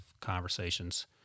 conversations